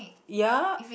ya